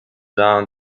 down